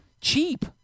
cheap